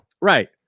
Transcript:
Right